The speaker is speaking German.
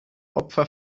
opfer